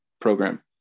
program